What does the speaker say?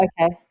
Okay